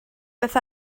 beth